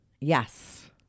yes